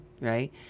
right